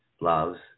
loves